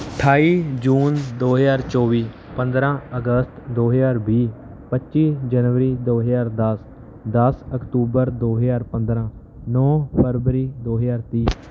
ਅਠਾਈ ਜੂਨ ਦੋ ਹਜ਼ਾਰ ਚੌਵੀ ਪੰਦਰਾਂ ਅਗਸਤ ਦੋ ਹਜ਼ਾਰ ਵੀਹ ਪੱਚੀ ਜਨਵਰੀ ਦੋ ਹਜ਼ਾਰ ਦਸ ਦਸ ਅਕਤੂਬਰ ਦੋ ਹਜ਼ਾਰ ਪੰਦਰਾਂ ਨੌਂ ਫਰਵਰੀ ਦੋ ਹਜ਼ਾਰ ਤੀਹ